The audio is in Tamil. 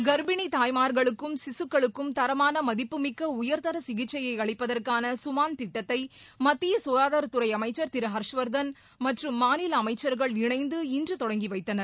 கர்ப்பிணி தாய்மார்களுக்கும் சிசுக்களுக்கும் தரமான மதிப்புமிக்க உயர்தர சிகிச்சையை அளிப்பதற்கான சுமான் திட்டத்தை மத்திய சுகாதாரத்துறை அமைச்சர் திரு ஹர்ஷ்வர்தன் மற்றும் மாநில அமைச்சர்கள் இணைந்து இன்று தொடங்கிவைத்தனர்